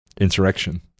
insurrection